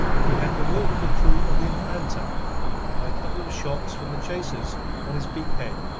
he had bewildered the crew of the infanta couple of shots from the chasers on his beak-head,